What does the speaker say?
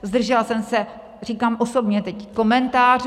Zdržela jsem se, říkám osobně teď, komentářů.